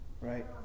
right